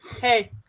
Hey